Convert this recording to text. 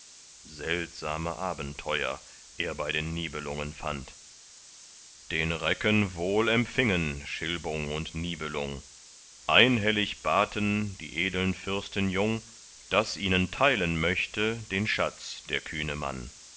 seltsame abenteuer er bei den nibelungen fand den recken wohl empfingen schilbung und nibelung einhellig baten die edeln fürsten jung daß ihnen teilen möchte den schatz der